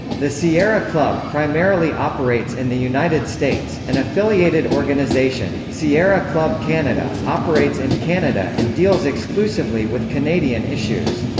the sierra club primarily operates in the united states an affiliated organization, sierra club canada, operates in canada and deals exclusively with canadian issues.